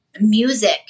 music